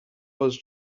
was